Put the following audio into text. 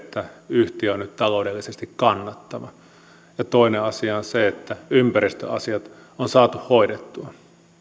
yhtiö on nyt taloudellisesti kannattava ja toinen asia on se että ympäristöasiat on saatu hoidettua